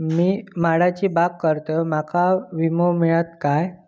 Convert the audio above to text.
मी माडाची बाग करतंय माका विमो मिळात काय?